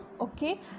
Okay